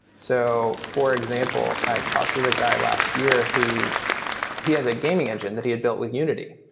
so for example, i talked with a guy last year who he has a gaming engine that he had built with unity.